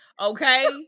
Okay